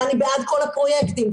ואני בעד כל הפרויקטים,